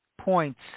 points